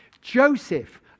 Joseph